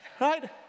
Right